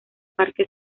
parque